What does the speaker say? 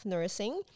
Nursing